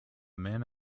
man